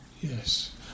Yes